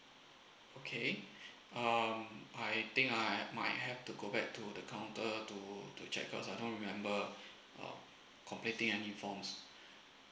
okay um I think I might have to go back to the counter to to check uh cause I don't remember of completing any forms